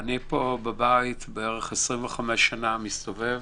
אני פה בבית כ-25 שנה מסתובב